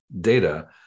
data